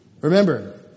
Remember